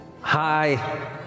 Hi